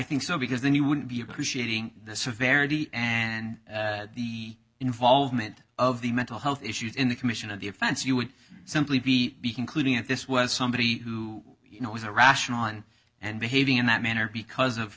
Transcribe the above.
think so because then you wouldn't be appreciating the severity and the involvement of the mental health issues in the commission of the offense you would simply be including at this was somebody who you know was a rational on and behaving in that manner